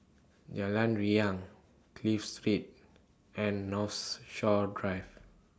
Jalan Riang Clive Street and Northshore Drive